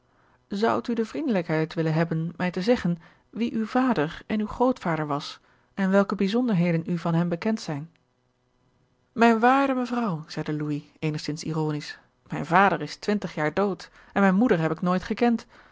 zoudt u de vriendelijkheid willen hebben mij te zeggen wie uw vader en uw grootvader was en welke bijzonderheden u van hen bekend zijn mijn waarde mevrouw zeide louis eenigzins ironisch mijn vader is twintig jaar dood en mijn moeder heb ik nooit gekend